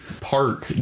park